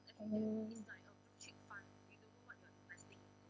oh